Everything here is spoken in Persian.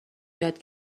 یاد